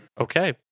Okay